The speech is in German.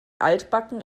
altbacken